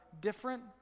different